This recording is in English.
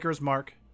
Mark